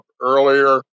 earlier